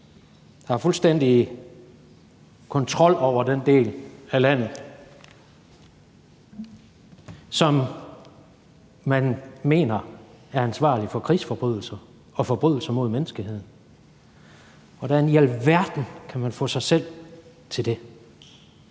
der har fuldstændig kontrol over den del af landet, som man mener er ansvarlig for krigsforbrydelser og forbrydelser mod menneskeheden? Hvordan i alverden kan man få sig selv til det?